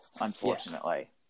Unfortunately